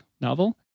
novel